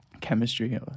chemistry